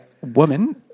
woman